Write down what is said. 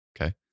Okay